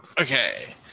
Okay